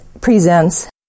presents